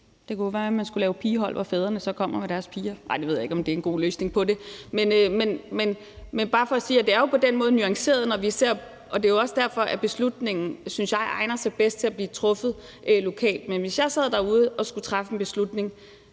Det kunne være, man skulle lave pigehold, hvor fædrene så kommer med deres piger – nej, jeg ved ikke, om det er en god løsning på det. Men det er bare for sige, at det jo på den måde er nuanceret. Det er også derfor, at beslutningen – synes jeg – egner sig bedst til at blive truffet lokalt. Men hvis jeg sad derude og skulle træffe en beslutning,